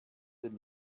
den